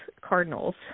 Cardinals